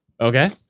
Okay